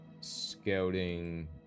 scouting